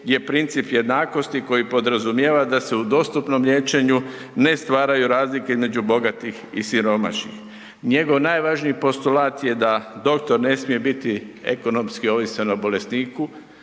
je princip jednakosti koji podrazumijeva da se u dostupnom liječenju ne stvaraju razlike između bogatih i siromašnih. Njegov najvažniji postolat je da doktor ne smije biti ekonomski ovisan o bolesniku,